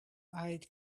eyes